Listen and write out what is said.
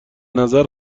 نظر